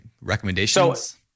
recommendations